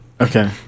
Okay